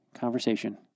conversation